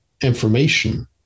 information